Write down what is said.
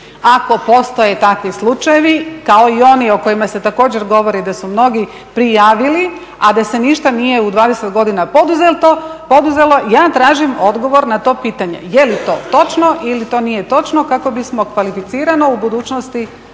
ako postoje takvi slučajevi, kao i oni o kojima se također govori da su mnogi prijavili, a da se ništa nije u 20 godina poduzelo. Ja tražim odgovor na to pitanje je li to točno ili to nije točno kako bismo kvalificirano u budućnosti